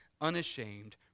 unashamed